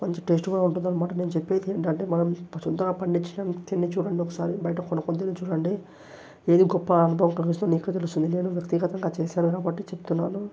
మంచి టేస్ట్ కూడా ఉంటుందన్నమాట నేను చెప్పేదేందంటే మనం సొంతంగా పండించటం తిని చూడండి ఒకసారి బయట కొనుక్కుని తిని చూడండి ఏది గొప్ప అనుభవం కలిగిస్తుందో మీకే తెలుస్తుంది నేను వ్యక్తిగతంగా చేసాను కాబట్టి చెప్తున్నాను